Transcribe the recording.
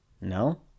No